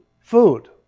Food